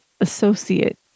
associate